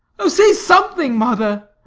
oh, say something, mother.